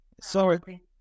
Sorry